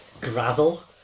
gravel